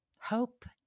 hope